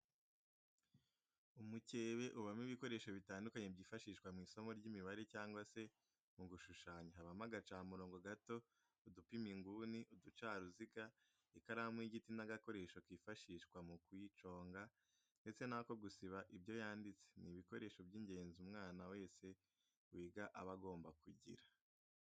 Umukebe ubamo ibikoresho bitandukanye byifashishwa mu isomo ry'imibare cyangwa se mu gushushanya, habamo agacamurongo gato, udupima inguni, uducaruziga, ikaramu y'igiti n'agakoresho kifashishwa mu kuyiconga ndetse n'ako gusiba ibyo yanditse, ni ibikoresho by'ingenzi umwana wese wiga aba agomba kugira.